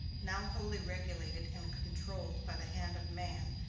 now wholly regulated and controlled by the hand of man,